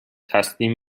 تسلیم